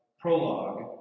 prologue